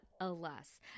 alas